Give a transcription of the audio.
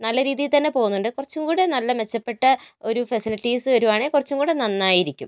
നല്ല രീതിയിൽ തന്നെ പോകുന്നുണ്ട് കുറച്ചുകൂടെ നല്ല മെച്ചപ്പെട്ട ഒരു ഫെസിലിറ്റീസ് വരുകയാണെങ്കിൽ കുറച്ചുകൂടെ നന്നായിരിക്കും